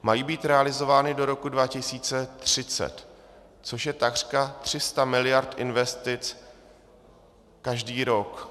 Mají být realizovány do roku 2030, což je takřka 300 mld. investic každý rok.